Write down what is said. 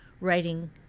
writing